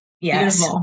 Yes